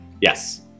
yes